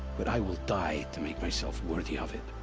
but i will die to make myself worthy of it.